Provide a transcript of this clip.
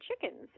chickens